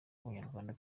abanyarwanda